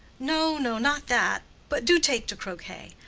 no, no, not that but do take to croquet.